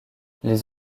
les